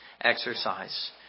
exercise